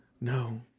No